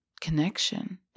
connection